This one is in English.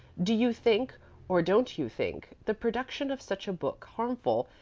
do you think or don't you think the production of such a book harmful,